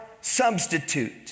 substitute